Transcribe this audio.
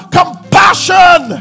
compassion